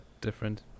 different